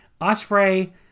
Osprey